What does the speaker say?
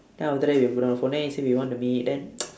then after that he will put down the phone then he say he want to meet then